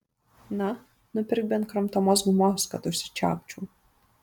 na nupirk bent kramtomos gumos kad užsičiaupčiau